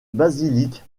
basilique